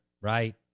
right